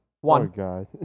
One